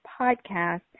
podcast